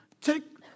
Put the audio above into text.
Take